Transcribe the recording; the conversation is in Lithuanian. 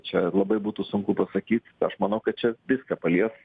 čia labai būtų sunku pasakyt aš manau kad čia viską palies